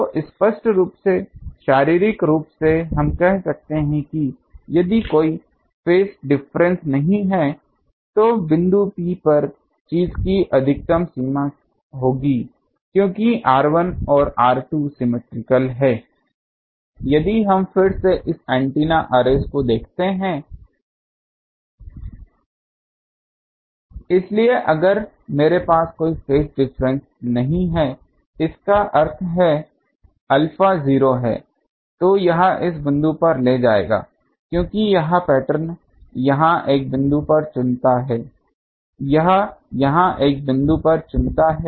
तो स्पष्ट रूप से शारीरिक रूप से हम कह सकते हैं कि यदि कोई फेज डिफरेंस नहीं है तो बिंदु P पर चीज की अधिकतम सीमा होगी क्योंकि r1और r2 सीमेट्रिकल हैं यदि हम फिर से इस एंटीना अर्रेस को देखते हैं इसलिए अगर मेरे पास कोई फेज डिफरेंस नहीं है जिसका अर्थ है अल्फा 0 है तो यह इस बिंदु पर ले जाएगा क्योंकि यह पैटर्न यहां एक बिंदु पर चुनता है यह यहां एक बिंदु पर चुनता है